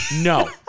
no